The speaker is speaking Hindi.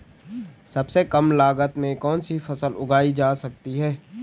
सबसे कम लागत में कौन सी फसल उगाई जा सकती है